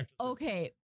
Okay